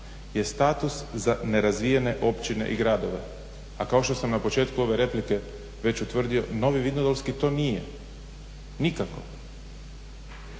je status za nerazvijene općine i gradove a kao što sam na početku ove replike već utvrdio Novi Vinodolski to nije nikako.